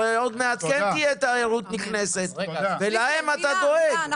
הרי עוד מעט תהיה תיירות נכנסת ואנחנו צריכים לדאוג להם.